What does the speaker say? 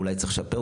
אולי צריך לשפר?